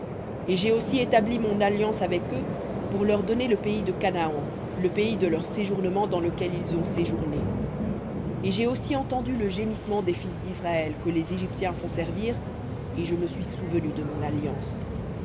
et j'ai aussi établi mon alliance avec eux pour leur donner le pays de canaan le pays de leur séjournement dans lequel ils ont séjourné et j'ai aussi entendu le gémissement des fils d'israël que les égyptiens font servir et je me suis souvenu de mon alliance